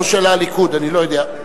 או של הליכוד, אני לא יודע.